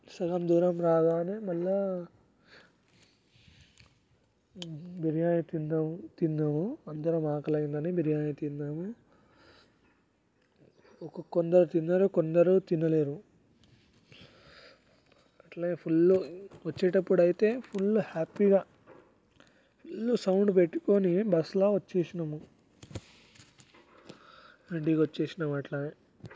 సగం దూరం రాగానే మళ్ళీ బిర్యానీ తిందాం తిన్నాము అందరూ ఆకలి అయ్యిందని బిర్యాని తిన్నాము కొందరు తిన్నారు కొందరు తినలేదు అట్లే ఫుల్ వచ్చేటప్పుడు అయితే ఫుల్ హ్యాపీగా ఫుల్ సౌండ్ పెట్టుకొని బస్సులో వచ్చేసినాము ఇంటికి వచ్చేసినాము అట్లానే